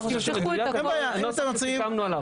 תפתחו את הכל --- נוסח שסיכמנו עליו,